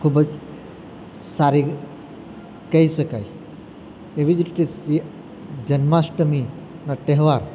ખૂબ જ સારી કહી શકાય એવી જ રીતે સી જન્માષ્ટમીનો તહેવાર